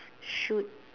shoot